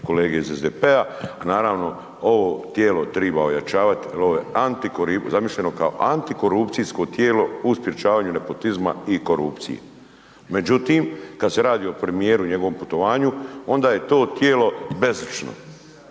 kolege iz SDP-a. A naravno ovo tijelo treba ojačavati jer ovo je zamišljeno kao antikorupcijsko tijelo u sprječavanju nepotizma i korupcije. Međutim, kad se radi o premijeru i njegovom putovanju onda je to tijelo bezgrešno.